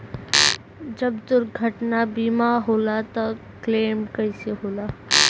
जब दुर्घटना बीमा होला त क्लेम कईसे होला?